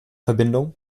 verbindung